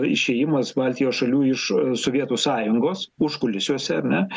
išėjimas baltijos šalių iš sovietų sąjungos užkulisiuose ar ne